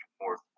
more